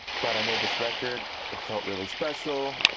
but i made this record, it felt really special,